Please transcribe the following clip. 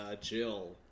Jill